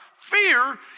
Fear